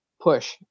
push